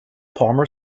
palmer